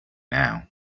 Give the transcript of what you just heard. now